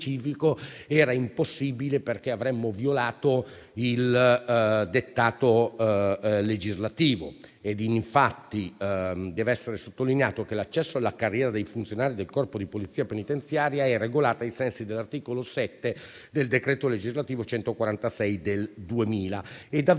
era impossibile, perché avremmo violato il dettato legislativo. Dev'essere infatti sottolineato che l'accesso alla carriera dei funzionari del Corpo di polizia penitenziaria è regolato ai sensi dell'articolo 7 del decreto legislativo n. 146 del 2000 ed avviene